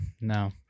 No